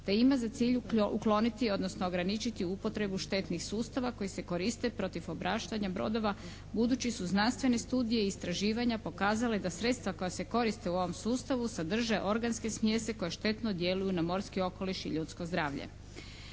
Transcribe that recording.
te ima za cilj ukloniti, odnosno ograničiti upotrebu štetnih sustava koji se koriste protiv obraštanja brodova budući su znanstvene studije i istraživanja pokazale da sredstva koja se koriste u ovom sustavu sadrže organske smjese koje štetno djeluju na morski okoliš i ljudsko zdravlje.